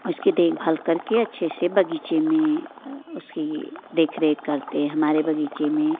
उसकी देखभाल करके अच्छे से बगीचे में उसकी देख रेख करते है हमारे बगीचे में